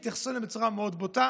התייחסו אליהם בצורה מאוד בוטה.